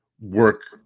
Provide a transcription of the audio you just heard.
work